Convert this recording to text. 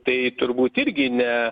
tai turbūt irgi ne